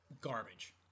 garbage